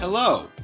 Hello